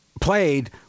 Played